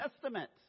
Testament